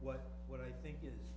what what i think is